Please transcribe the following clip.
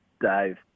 Dave